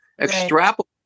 Extrapolate